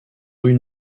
rue